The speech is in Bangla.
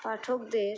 পাঠকদের